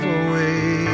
away